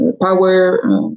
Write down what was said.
power